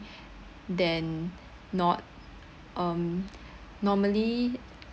than not um normally